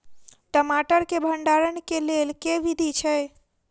टमाटर केँ भण्डारण केँ लेल केँ विधि छैय?